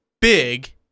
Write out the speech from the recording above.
big